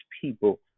people